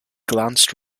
glanced